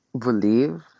believe